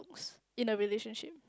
in a relationship